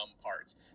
parts